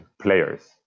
players